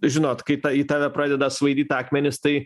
žinot kai ta į tave pradeda svaidyt akmenis tai